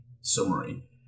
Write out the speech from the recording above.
summary